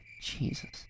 Jesus